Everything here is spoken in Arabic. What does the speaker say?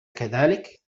كذلك